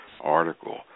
article